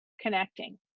connecting